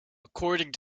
according